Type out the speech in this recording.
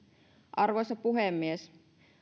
arvoisa puhemies